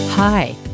Hi